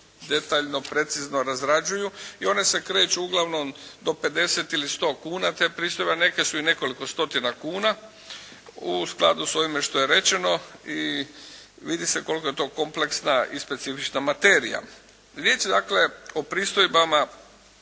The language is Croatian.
detaljno i precizno razrađuju i one se kreću uglavnom do 50 ili 100 kuna te pristojbe, neke su i nekoliko stotina kuna u skladu s ovime što je rečeno i vidi se koliko je to kompleksna i specifična materija. Riječ je dakle o pristojbama